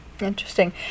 Interesting